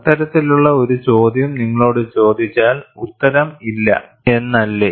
അത്തരത്തിലുള്ള ഒരു ചോദ്യം നിങ്ങളോട് ചോദിച്ചാൽ ഉത്തരം ഇല്ല എന്നല്ലേ